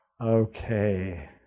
Okay